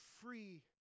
free